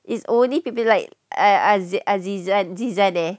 it's only people like ah zizan zizan eh